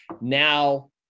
now